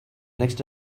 next